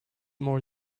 more